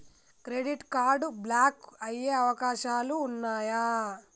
Credit card block అయ్యే అవకాశాలు ఉన్నయా?